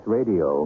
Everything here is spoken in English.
Radio